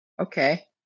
okay